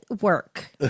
work